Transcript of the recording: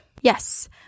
Yes